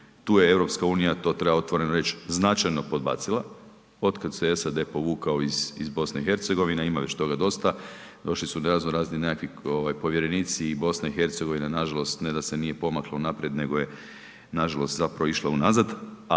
Tu je EU to treba otvoreno reći, značajno podbacila. Otkada se SAD povukao iz BiH, ima već toga dosta, došli su razno razni nekakvi ovaj povjerenici i BiH nažalost ne da se nije pomaklo naprijed, nego je nažalost zapravo išla unazad,